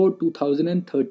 2013